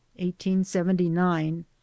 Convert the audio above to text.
1879